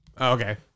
Okay